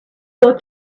got